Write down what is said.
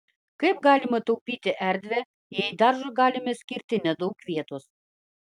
kaip galima taupyti erdvę jei daržui galime skirti nedaug vietos